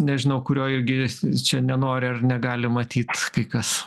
nežinau kurioj gi čia nenori ar negali matyt kai kas